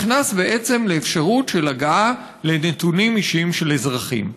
נכנס לאפשרות של הגעה לנתונים אישיים של אזרחים.